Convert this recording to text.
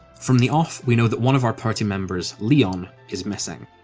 from the off, we know that one of our party members, leon, is missing,